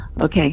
Okay